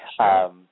Sure